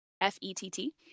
F-E-T-T